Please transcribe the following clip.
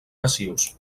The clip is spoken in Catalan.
passius